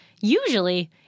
Usually